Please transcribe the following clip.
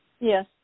Yes